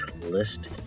list